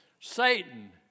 Satan